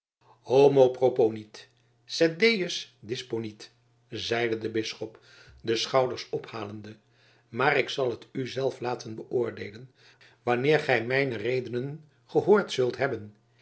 homo proponit sed deus disponit zeide de bisschop de schouders ophalende maar ik zal het u zelf laten beoordeelen wanneer gij mijne redenen gehoord zult hebben